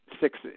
six